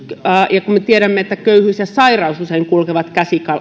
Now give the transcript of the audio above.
ja kun me tiedämme että köyhyys ja sairaus usein kulkevat käsi